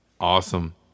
awesome